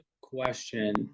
question